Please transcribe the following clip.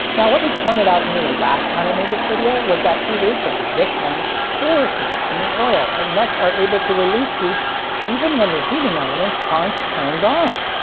now what was pointed out to me the last time i made this video was that heaters such as this one store heat in the oil and thus are able to release heat even when the heating elements aren't turned on!